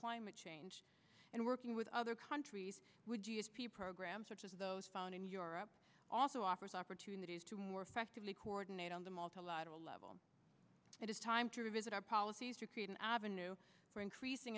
climate change and working with other countries would programs such as those found in europe also offers opportunities to more effectively coordinate on the multilateral level it is time to revisit our policies or create an avenue for increasing